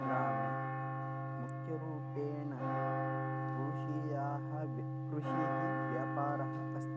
ग्रामे मुख्यरूपेण कृषयः कृषिः व्यापारः अस्ति